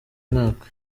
mwaka